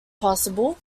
possible